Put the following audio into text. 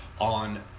on